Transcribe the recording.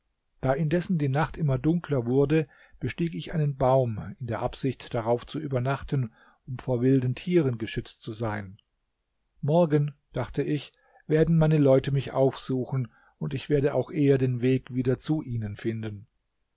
da indessen die nacht immer dunkler wurde bestieg ich einen baum in der absicht darauf zu übernachten um vor wilden tieren geschützt zu sein morgen dachte ich werden meine leute mich aufsuchen und ich werde auch eher den weg wieder zu ihnen finden